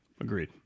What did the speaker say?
agreed